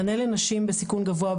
מענה לנשים בסיכון גבוה,